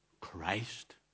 Christ